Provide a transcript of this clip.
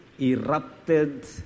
erupted